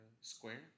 Square